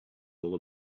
all